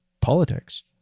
politics